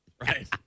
Right